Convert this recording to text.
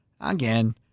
Again